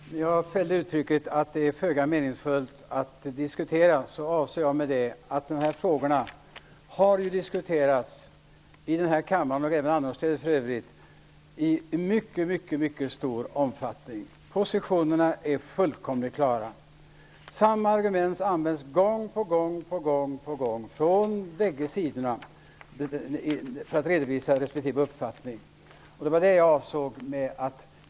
Herr talman! När jag använde uttrycket att det är föga meningsfullt att diskutera avsåg jag med det, att dessa frågor har diskuterats i denna kammare, och för övrigt även annorstädes, i mycket stor omfattning. Positionerna är fullkomligt klara. Samma argument används gång på gång från bägge sidor för att redovisa respektive uppfattning. Det var detta jag avsåg.